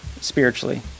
spiritually